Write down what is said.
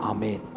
Amen